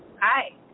Hi